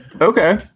Okay